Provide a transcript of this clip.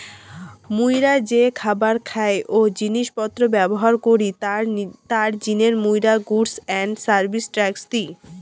মুইরা যে খাবার খাই ও জিনিস পত্র ব্যবহার করি তার জিনে মুইরা goods and service tax the